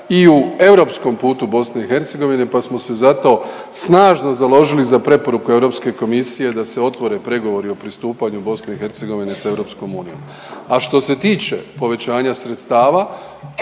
i u europskom putu BiH pa smo se zato snažno založili za preporuku Europske komisije da se otvore pregovori o pristupanju BiH s EU. A što se tiče povećanja sredstava